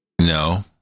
No